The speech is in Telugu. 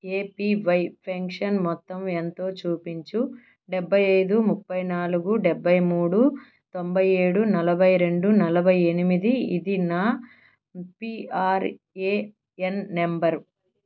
ఏపివై పెన్షన్ మొత్తం ఎంతో చూపించు డెబ్భై ఐదు ముఫై నాలుగు డెబ్భై మూడు తొంభై ఏడు నలభై రెండు నలభై ఎనిమిది ఇది నా పిఆర్ఏఎన్ నంబరు